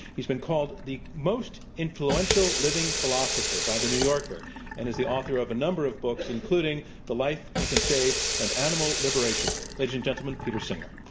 he's been called the most influential living philosopher by the new yorker and is the author of a number of books including the life you can save and animal liberation. ladies and gentlemen, peter singer.